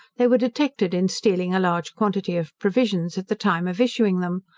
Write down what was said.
they were detected in stealing a large quantity of provisions at the time of issuing them.